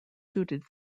suited